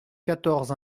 quatorze